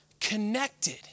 connected